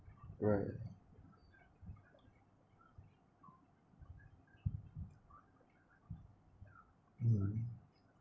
right mm